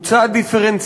הוא צד דיפרנציאלי,